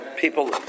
people